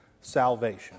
salvation